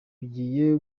bigiye